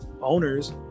owners